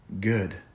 good